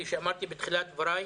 כפי שאמרתי בתחילת דבריי,